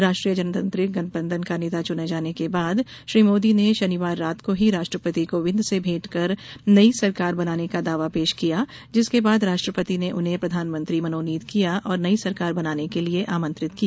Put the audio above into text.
राजग का नेता चुने जाने के बाद श्री मोदी ने शनिवार रात को ही राष्ट्रपति कोविंद से भेंट कर नयी सरकार बनाने का दावा पेश किया जिसके बाद राष्ट्रपति ने उन्हें प्रधानमंत्री मनोनीत किया और नयी सरकार बनाने के लिए आमंत्रित किया